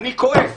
אני כועס